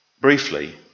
briefly